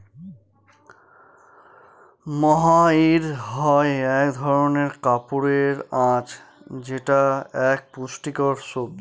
মহাইর হয় এক ধরনের কাপড়ের আঁশ যেটা এক পুষ্টিকর সবজি